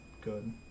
good